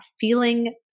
feeling